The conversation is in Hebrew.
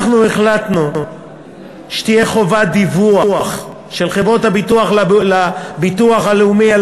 אנחנו החלטנו שתהיה חובת דיווח של חברות הביטוח לביטוח הלאומי על